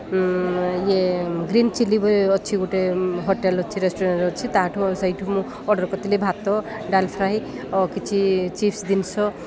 ଇଏ Green Chilli ବି ଅଛି ଗୋଟେ ହୋଟେଲ୍ ଅଛି ରେଷ୍ଟୁରାଣ୍ଟ୍ ଅଛି ତା'ଠୁ ସେଇଠୁ ମୁଁ ଅର୍ଡ଼ର୍ କରିଥିଲି ଭାତ ଡାଲ୍ ଫ୍ରାଏ କିଛି ଚିପ୍ସ ଜିନିଷ